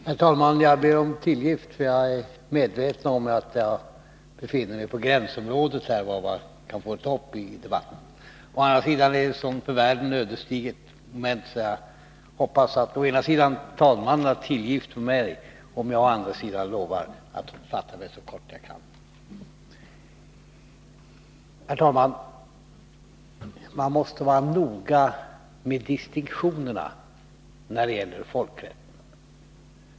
Herr talman! Jag ber om tillgift för att jag nu befinner mig i gränsområdet av vad man får ta upp i denna debatt. Å andra sidan gäller ett för världen så ödesdigert ögonblick att jag hoppas att talmannen har överseende med mig, om jag lovar att fatta mig så kort jag kan. Herr talman! Man måste vara noga med distinktionerna när det gäller folkrätten.